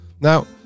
Now